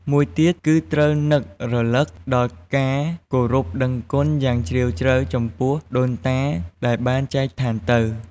មួយទៀត គឺត្រូវនឹករលឹក និងការគោរពដឹងគុណយ៉ាងជ្រាលជ្រៅចំពោះដូនតាដែលបានចែកឋានទៅ។